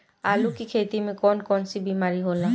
आलू की खेती में कौन कौन सी बीमारी होला?